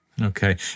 Okay